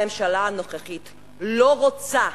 הממשלה הנוכחית לא רוצה,